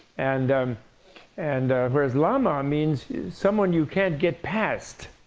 and and whereas lama means someone you can't get past.